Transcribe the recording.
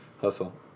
Hustle